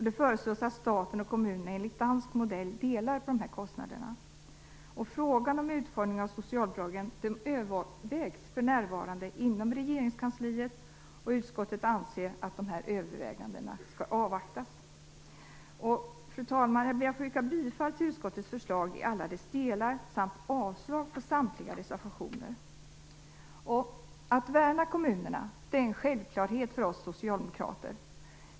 Det föreslås att staten och kommunerna enligt dansk modell delar på dessa kostnader. Frågan om utformningen av socialbidragen övervägs för närvarande inom regeringskansliet, och utskottet anser att dessa överväganden skall avvaktas. Fru talman! Jag ber att få yrka bifall till utskottets förslag i alla dess delar samt avslag på samtliga reservationer. Att värna kommunerna är en självklarhet för oss socialdemokrater.